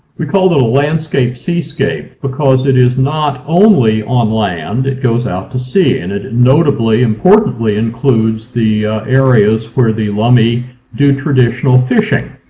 we call it a landscape seascape because it is not only on land, it goes out to sea, and it notably importantly includes the areas where the lummi do traditional fishing.